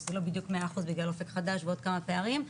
זה לא בדיוק בגלל אופק חדש ועוד כמה פערים,